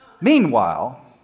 Meanwhile